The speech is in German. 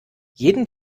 jeden